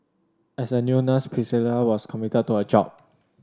as a new nurse Priscilla was committed to her job